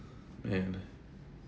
and